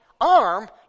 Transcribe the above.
arm